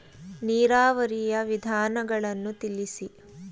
ನೀರಾವರಿಯ ವಿಧಾನಗಳನ್ನು ತಿಳಿಸಿ?